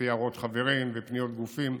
לפי הערות חברים ופניות גופים,